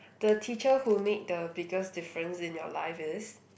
the teacher who make the biggest difference in your life is